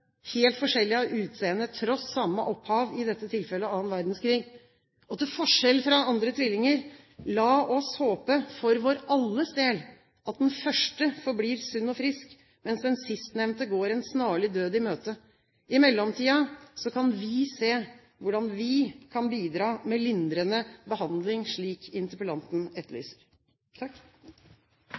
helt forskjellig av utseende, tross samme opphav, i dette tilfellet annen verdenskrig. Til forskjell fra andre tvillinger: La oss håpe for vår alles del at den første forblir sunn og frisk, mens den sistnevnte går en snarlig død i møte. I mellomtiden kan vi se hvordan vi kan bidra med lindrende behandling, slik interpellanten etterlyser.